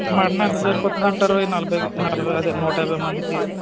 mutton ఎంత సరిపోతాది అంటారు ఈ నలభై నలభై అదే నూటయాభై మందికి